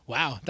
Wow